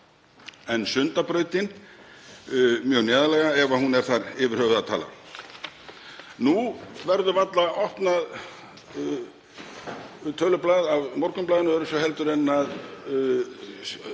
en Sundabrautin mjög neðarlega, ef hún er þar yfir höfuð að tala. Nú verður varla opnað tölublað af Morgunblaðinu öðruvísi en að